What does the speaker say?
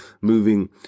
moving